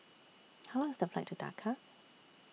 How Long IS The Flight to Dakar